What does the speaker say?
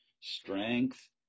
strength